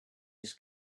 his